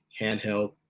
handheld